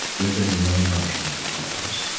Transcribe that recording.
there are going to be no interruptions for two hours.